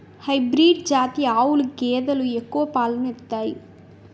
hybrid జాతి ఆవులు గేదెలు ఎక్కువ పాలను ఇత్తాయి